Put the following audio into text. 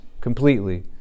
completely